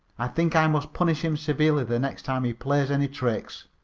i think i must punish him severely the next time he plays any tricks.